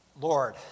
Lord